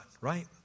right